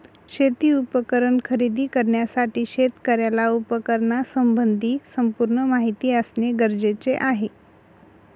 शेती उपकरण खरेदी करण्यासाठी शेतकऱ्याला उपकरणासंबंधी संपूर्ण माहिती असणे गरजेचे आहे